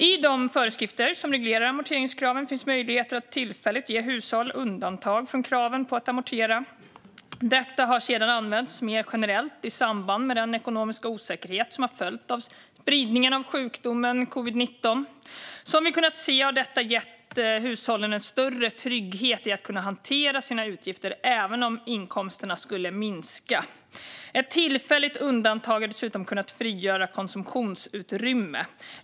I de föreskrifter som reglerar amorteringskraven finns möjligheter att tillfälligt ge hushåll undantag från kraven på att amortera. Detta har sedan använts mer generellt i samband med den ekonomiska osäkerhet som följt av spridningen av sjukdomen covid-19. Som vi kunnat se har detta gett hushållen en större trygghet i att kunna hantera sina utgifter även om inkomsterna skulle minska. Ett tillfälligt undantag har dessutom kunnat frigöra konsumtionsutrymme.